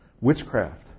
Witchcraft